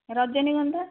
ରଜନୀଗନ୍ଧା